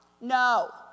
No